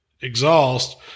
exhaust